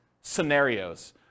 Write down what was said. scenarios